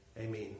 Amen